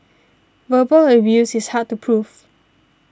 verbal abuse is hard to proof